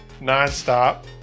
nonstop